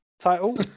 Title